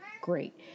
great